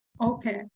okay